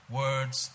words